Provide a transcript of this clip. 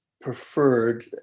preferred